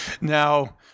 Now